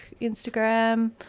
Instagram